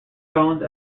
cones